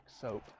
soap